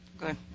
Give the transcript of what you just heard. Good